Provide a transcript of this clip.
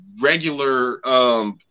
regular